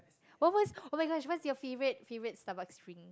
oh oh-my-gosh what's your favorite favorite Starbucks drink